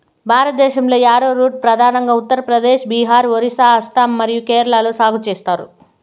భారతదేశంలో, యారోరూట్ ప్రధానంగా ఉత్తర ప్రదేశ్, బీహార్, ఒరిస్సా, అస్సాం మరియు కేరళలో సాగు చేస్తారు